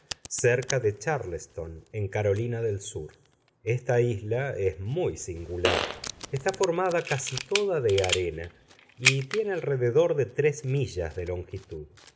cerca de chárleston en carolina del sur esta isla es muy singular está formada casi toda de arena y tiene alrededor de tres millas de longitud